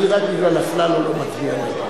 אני רק בגלל אפללו לא מצביע נגד,